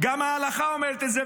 גם ההלכה אומרת את זה.